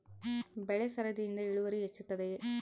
ಬೆಳೆ ಸರದಿಯಿಂದ ಇಳುವರಿ ಹೆಚ್ಚುತ್ತದೆಯೇ?